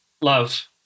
love